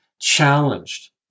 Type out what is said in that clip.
challenged